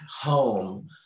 home